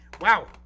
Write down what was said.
Wow